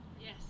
Yes